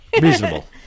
reasonable